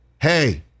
Hey